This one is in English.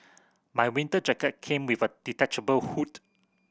my winter jacket came with a detachable hood